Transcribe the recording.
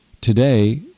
today